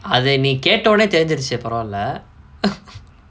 அது நீ கேட்டோனே தெரிஞ்சிரிச்சு பரவால:athu nee ketonae therinjirichu paravaala